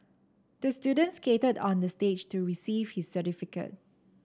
the student skated on the stage to receive his certificate